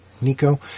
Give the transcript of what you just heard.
Nico